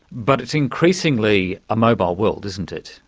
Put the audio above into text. but it's increasingly a mobile world, isn't it?